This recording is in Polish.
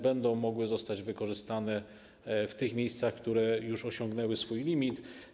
Będą one mogły zostać wykorzystane w tych miejscach, które już osiągnęły swój limit.